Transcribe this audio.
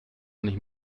nicht